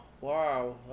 Wow